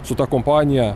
su ta kompanija